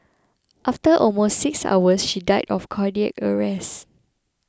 after almost six hours she died of cardiac arrest